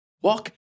walk